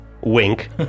Wink